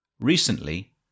Recently